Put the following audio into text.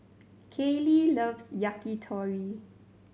Kayli loves Yakitori